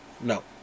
No